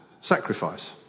Sacrifice